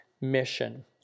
mission